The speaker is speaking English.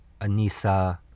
Anissa